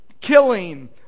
killing